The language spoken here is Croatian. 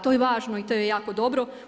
To je važno i to je jako dobro.